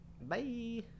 bye